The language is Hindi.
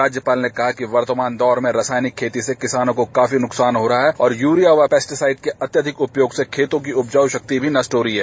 राज्यपाल ने कहा कि वर्तमान दौर में रासायनिक खेती से किसानों को काफी नुकसान हो रहा है और यूरिया व पैस्टीसाईड के अत्याधिक उपयोग से खेतों की उपजाऊ शक्ति भी नष्ट हो रही है